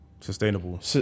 Sustainable